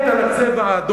אני מת על הצבע האדום.